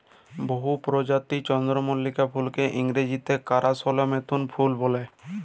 বহুত পরজাতির চল্দ্রমল্লিকা ফুলকে ইংরাজিতে কারাসলেথেমুম ফুল ব্যলে